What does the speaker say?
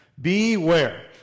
Beware